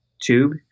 tube